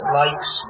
likes